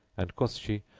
and quoth she,